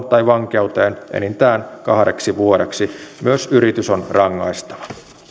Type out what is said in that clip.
tai vankeuteen enintään kahdeksi vuodeksi myös yritys on rangaistava